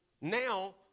Now